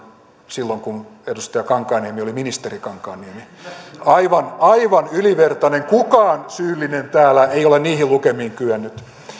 silloin kun edustaja kankaanniemi oli ministeri kankaanniemi aivan aivan ylivertainen kukaan syyllinen täällä ei ole niihin lukemiin kyennyt